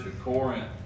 Corinth